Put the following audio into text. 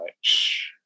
shh